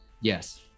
Yes